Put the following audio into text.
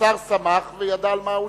נא להצביע.